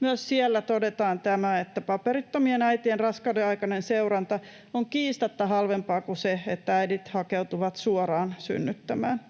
Myös siellä todetaan tämä, että paperittomien äitien raskaudenaikainen seuranta on kiistatta halvempaa kuin se, että äidit hakeutuvat suoraan synnyttämään.